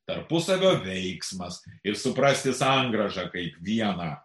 tarpusavio veiksmas ir suprasti sangrąžą kaip vieną